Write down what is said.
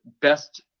best